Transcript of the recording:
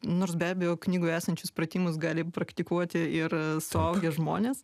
nors be abejo knygoje esančius pratimus gali praktikuoti ir suaugę žmonės